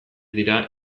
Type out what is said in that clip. dira